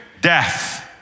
death